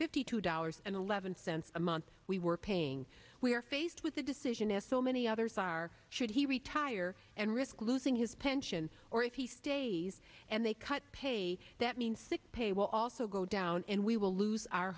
fifty two dollars and eleven cents a month we were paying we are faced with the decision as so many others are should he retire and risk losing his pension or if he stays and they cut pay that mean sick pay will also go down and we will lose our